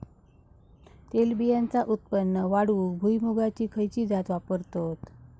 तेलबियांचा उत्पन्न वाढवूक भुईमूगाची खयची जात वापरतत?